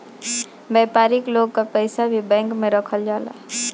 व्यापारिक लोग कअ पईसा भी बैंक में रखल जाला